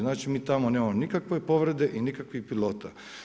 Znači mi tamo nemamo nikakve povrede i nikakvih pilota.